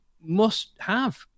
must-have